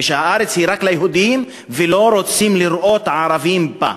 שהארץ היא רק ליהודים, ולא רוצים לראות ערבים בה.